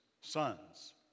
sons